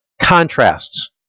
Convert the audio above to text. contrasts